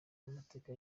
amateka